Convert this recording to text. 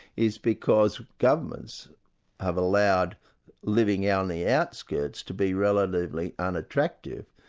is because governments have allowed living on the outskirts to be relatively unattractive.